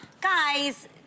Guys